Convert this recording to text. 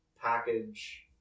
package